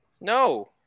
No